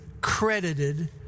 credited